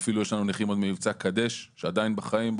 יש לנו נכים עוד ממבצע קדש שעדיין בחיים,